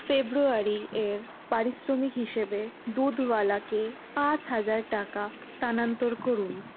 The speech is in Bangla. ফেব্রুয়ারি এর পারিশ্রমিক হিসেবে দুধওয়ালাকে পাঁচ হাজার টাকা স্থানান্তর করুন